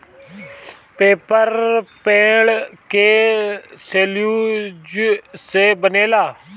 paper पेड़ के cellulose से बनेला